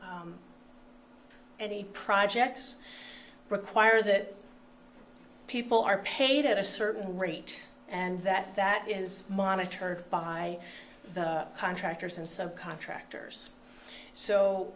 any projects require that people are paid at a certain rate and that that is monitored by the contractors and subcontractors so